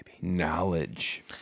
Knowledge